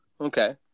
Okay